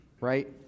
right